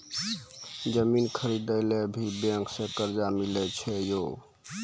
जमीन खरीदे ला भी बैंक से कर्जा मिले छै यो?